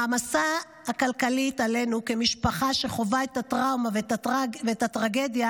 המעמסה הכלכלית עלינו כמשפחה שחווה את הטראומה ואת הטרגדיה,